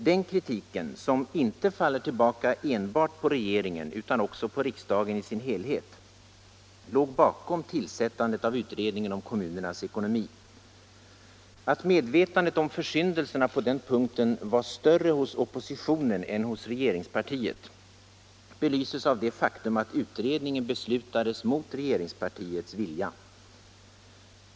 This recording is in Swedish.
Den kritiken, som faller tillbaka inte enbart på regeringen utan också på riksdagen i dess helhet, låg bakom tillsättandet av utredningen om kommunernas ekonomi. Att medvetandet om försyndelserna på den punkten var större hos oppositionen än hos regeringspartiet belyses av det faktum, att utredningen beslutades mot regeringspartiets vilja.